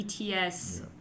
ETS